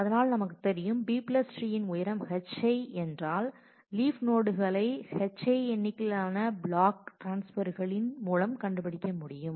அதனால் நமக்கு தெரியும் B ட்ரீயின் உயரம் hi என்றால் லீப் நோடுகளை hi எண்ணிக்கையிலான பிளாக் ட்ரான்ஸ்பெர்களின் மூலம் கண்டுபிடிக்க முடியும்